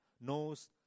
knows